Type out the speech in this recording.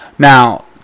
Now